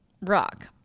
Rock